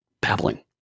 babbling